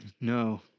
No